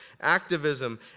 activism